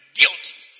guilty